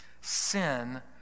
sin